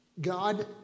God